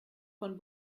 von